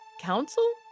council